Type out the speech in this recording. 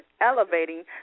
elevating